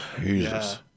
Jesus